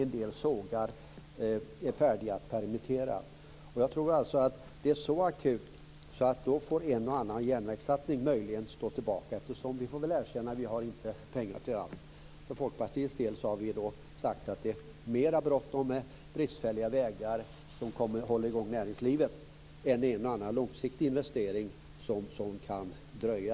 En del sågar är färdiga att permittera. Jag tror att det är så akut att en och annan järnvägssatsning möjligen får stå tillbaka. Vi får väl erkänna att vi inte har pengar till allt. Vi i Folkpartiet har sagt att det är mer bråttom att åtgärda bristfälliga vägar som håller i gång näringslivet än att göra en och annan långsiktig investering som kan dröja.